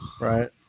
Right